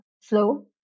slow